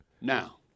Now